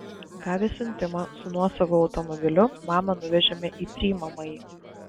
gavę siuntimą su nuosavu automobiliu mamą nuvežėme į priimamąjį